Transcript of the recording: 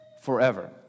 forever